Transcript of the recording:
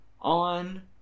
on